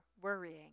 worrying